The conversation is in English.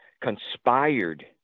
conspired